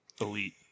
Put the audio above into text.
Elite